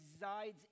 resides